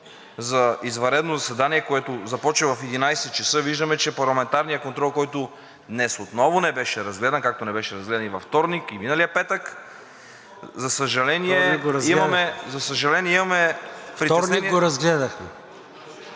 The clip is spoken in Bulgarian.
за извънредно заседание, което започва в 11,00 ч., виждам, че парламентарният контрол, който днес отново не беше разгледан, както не беше разгледан и във вторник, и миналия петък, за съжаление, имаме… ПРЕДСЕДАТЕЛ